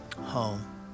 home